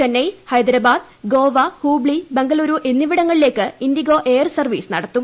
ചെന്നൈ ഹൈദ്രാബാദ് ഗോവ ഹൂബ്ലി ബംഗളൂരു എന്നിവിടങ്ങളിലേക്ക് IndiGo air service നടത്തും